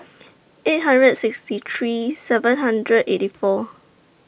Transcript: eight hundred and sixty three seven hundred eighty four